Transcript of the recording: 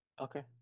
Okay